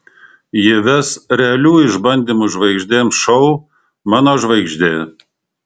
ji ves realių išbandymų žvaigždėms šou mano žvaigždė